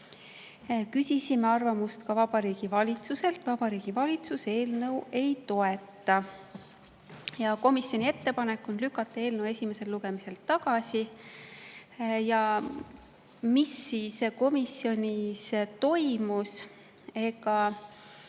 Küsisime arvamust ka Vabariigi Valitsuselt. Vabariigi Valitsus eelnõu ei toeta. Komisjoni ettepanek on lükata eelnõu esimesel lugemisel tagasi. Mis komisjonis toimus? Ega